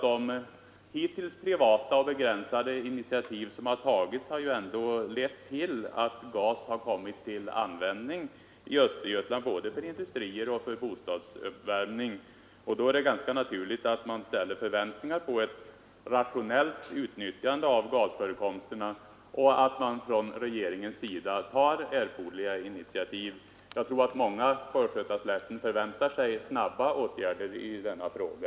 De privata och begränsade initiativ som hittills tagits har ju ändå lett till att gas kommit till användning i Östergötland både för industriellt bruk och för bostadsuppvärmning. Då är det ganska naturligt att man ställer förväntningar på ett rationellt utnyttjande av gasförekomsterna och att regeringen tar erforderliga initiativ. Jag tror att många på Östgötaslätten förväntar sig snabba åtgärder i denna fråga.